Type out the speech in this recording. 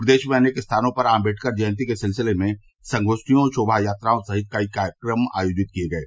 प्रदेश में अनेक स्थानों पर आम्बेडकर जयंती के सिलसिले में संगोष्ठियों शोभा यात्राओं सहित कई कार्यक्रम आयोजित किये गये